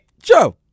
Joe